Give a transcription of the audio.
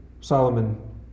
Solomon